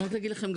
רק להגיד לכם,